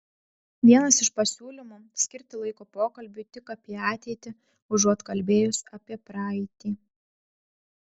vienas iš pasiūlymų skirti laiko pokalbiui tik apie ateitį užuot kalbėjus apie praeitį